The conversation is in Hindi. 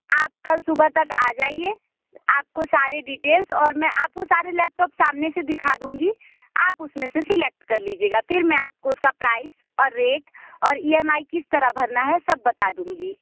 आप कल सुबह तक आ जाइए आपको सारे डीटेल्स और मैं आपको सारे लैपटॉप सामने से दिखा दूँगी आप उसमें से सेलेक्ट कर लीजिएगा फ़िर मैं आपको उसका प्राइस और रेट और ई एम आई किस तरह भरना है सब बता दूँगी